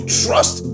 trust